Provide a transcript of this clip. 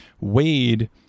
Wade